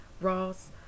Ross